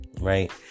right